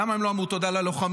למה הם לא אמרו תודה ללוחמים,